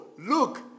Look